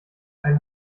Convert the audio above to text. ein